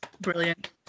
brilliant